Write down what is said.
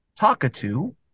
Takatu